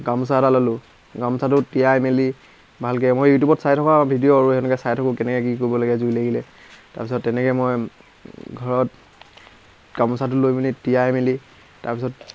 গামোচা এটা ল'লোঁ গামোচাটো তিয়াই মেলি ভালকৈ মই ইউটিউবত চাই থকা ভিডিঅ' আৰু এনেকৈ চাই থাকোঁ আৰু কেনেকৈ কি কৰিব লাগে জুই লাগিলে তাৰপিছত তেনেকৈ মই ঘৰত গামোচাটো লৈ মেলি তিয়াই মেলি তাৰপাছত